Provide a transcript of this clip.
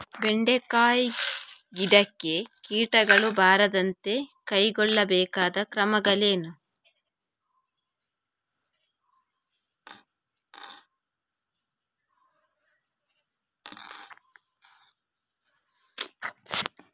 ಬೆಂಡೆಕಾಯಿ ಗಿಡಕ್ಕೆ ಕೀಟಗಳು ಬಾರದಂತೆ ಕೈಗೊಳ್ಳಬೇಕಾದ ಕ್ರಮಗಳೇನು?